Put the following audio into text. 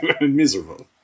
Miserable